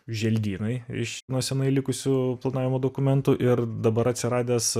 želdynai iš nuo senai likusių planavimo dokumentų ir dabar atsiradęs